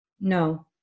No